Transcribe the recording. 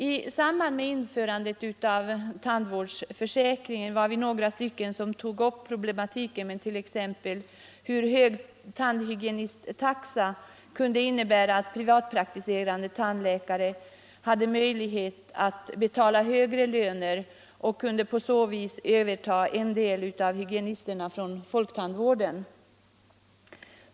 I samband med införandet av tandvårdsförsäkringen var vi några stycken som tog upp problematiken exempelvis när det gällde hur en hög tandhygienisttaxa kunde innebära att privatpraktiserande tandläkare hade möjlighet att betala högre löner än folktandvården och på så vis kunde överta en del av tandhygienisterna från denna.